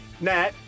Nat